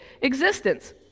existence